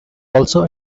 also